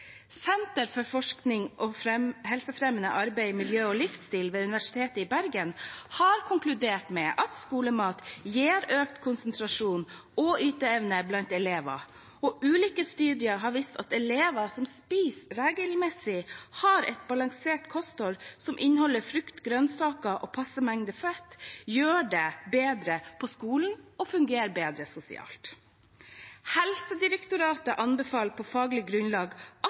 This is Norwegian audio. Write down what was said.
Senter for forskning om helsefremmende arbeid, miljø og livsstil ved Universitetet i Bergen har konkludert med at skolemat gir økt konsentrasjon og yteevne blant elever. Og ulike studier har vist at elever som spiser regelmessig og har et balansert kosthold som inneholder frukt, grønnsaker og passe mengde fett, gjør det bedre på skolen og fungerer bedre sosialt. Helsedirektoratet anbefaler på faglig grunnlag at